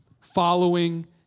following